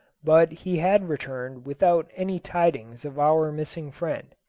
but he had returned without any tidings of our missing friend.